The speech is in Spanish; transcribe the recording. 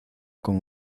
con